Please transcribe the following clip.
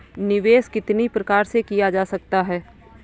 निवेश कितनी प्रकार से किया जा सकता है?